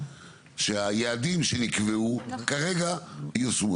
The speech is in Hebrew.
שהיעדים שנקבעו כרגע יושמו,